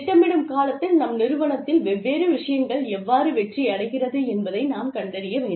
திட்டமிடும் கட்டத்தில் நம் நிறுவனத்தில் வெவ்வேறு விஷயங்கள் எவ்வாறு வெற்றியடைகிறது என்பதை நாம் கண்டறிய வேண்டும்